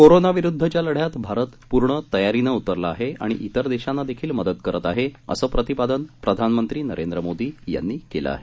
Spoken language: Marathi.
कोरोना विरुध्दच्या लढ्यात भारत पूर्ण तयारीने उतरला आहे आणि इतर देशांना देखील मदत करत आहे असं प्रतिपादन प्रधानमंत्री नरेंद्र मोदी यांनी केलं आहे